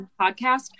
podcast